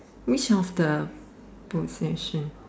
which of the possession